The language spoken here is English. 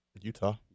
Utah